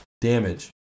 damage